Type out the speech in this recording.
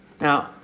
now